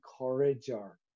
encourager